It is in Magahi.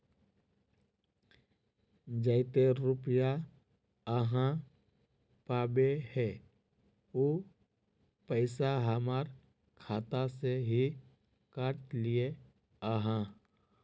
जयते रुपया आहाँ पाबे है उ पैसा हमर खाता से हि काट लिये आहाँ?